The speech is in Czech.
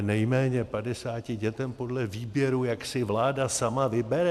Říkáme nejméně padesáti dětem podle výběru, jak si vláda sama vybere.